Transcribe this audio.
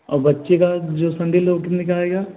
और बच्चे का जो सैंडिल है वह कितने की आएगी